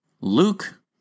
Luke